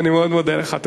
אני מאוד מודה לך.